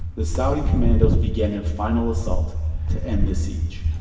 the saudi commandos began their final assault to end the siege